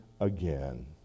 again